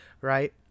right